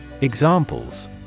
Examples